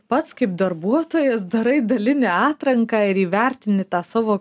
pats kaip darbuotojas darai dalinę atranką ir įvertini tą savo